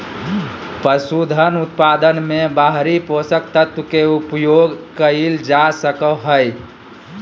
पसूधन उत्पादन मे बाहरी पोषक तत्व के उपयोग कइल जा सको हइ